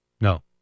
No